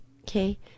okay